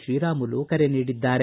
ಶ್ರೀರಾಮುಲು ಕರೆ ನೀಡಿದ್ದಾರೆ